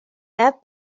add